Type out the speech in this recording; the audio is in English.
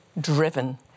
driven